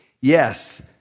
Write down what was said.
Yes